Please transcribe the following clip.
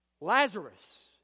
Lazarus